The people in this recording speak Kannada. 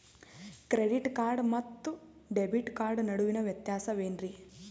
ಕ್ರೆಡಿಟ್ ಕಾರ್ಡ್ ಮತ್ತು ಡೆಬಿಟ್ ಕಾರ್ಡ್ ನಡುವಿನ ವ್ಯತ್ಯಾಸ ವೇನ್ರೀ?